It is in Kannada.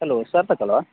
ಹಲೋ ಸಾರ್ಥಕ್ ಅಲಾ